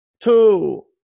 Two